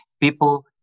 people